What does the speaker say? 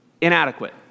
inadequate